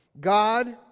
God